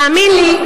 תאמין לי,